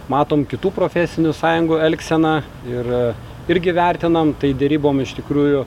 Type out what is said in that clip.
matom kitų profesinių sąjungų elgseną ir irgi vertinam tai derybom iš tikrųjų